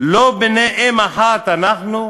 לא בני אם אחת אנחנו?